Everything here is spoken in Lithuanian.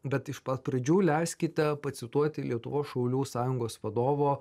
bet iš pat pradžių leiskite pacituoti lietuvos šaulių sąjungos vadovo